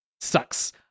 sucks